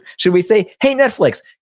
should we say, hey, netflix.